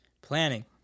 Planning